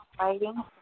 writing